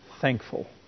thankful